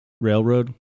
Railroad